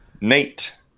Nate